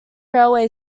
railway